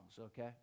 okay